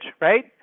right